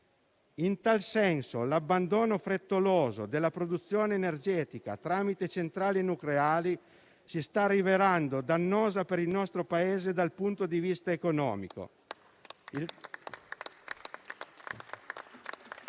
In tal senso, l'abbandono frettoloso della produzione energetica tramite centrali nucleari si sta rivelando dannoso per il nostro Paese dal punto di vista economico.